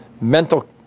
mental